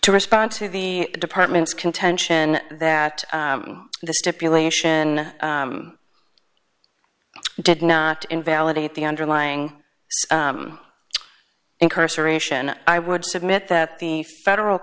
to respond to the department's contention that the stipulation did not invalidate the underlying incarceration i would submit that the federal